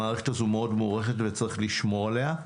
המערכת הזאת מאוד מוערכת, וצריך לשמור עליה.